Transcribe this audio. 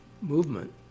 movement